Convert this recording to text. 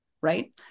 right